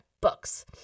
Books